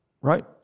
right